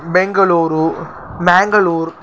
Bengaluru Mangalore